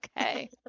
Okay